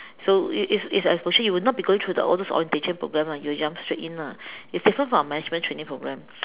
so it it like especially you'll not be going through all those orientation program lah you'll jump straight in lah it's different from management training program